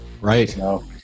Right